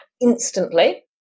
instantly